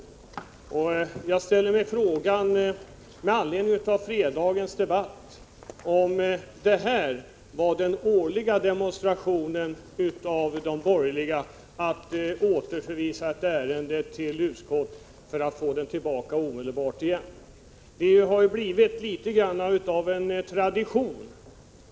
Det finns skäl att ställa frågan, med anledning av fredagens debatt, om det här var den årliga demonstrationen av de borgerliga, att återförvisa ett ärende till utskott för att få det tillbaka omedelbart. Det har blivit litet av en tradition.